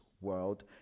world